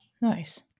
Nice